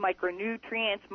micronutrients